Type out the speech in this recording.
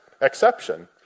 exception